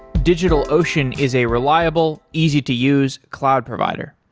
digitalocean is a reliable, easy to use cloud provider.